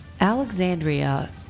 Alexandria